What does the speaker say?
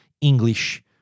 English